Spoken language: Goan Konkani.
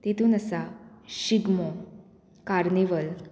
तेतून आसा शिगमो कार्निवल